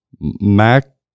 Mac